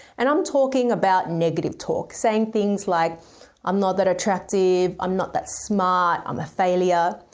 and i'm talking about negative talk saying things like i'm not that attractive, i'm not that smart, i'm a failure.